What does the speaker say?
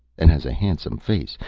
and has a handsome face,